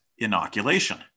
inoculation